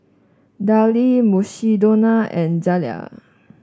Darlie Mukshidonna and Zalia